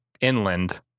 inland